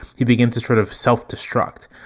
he begins to sort of self-destruct.